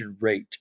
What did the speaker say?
rate